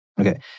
Okay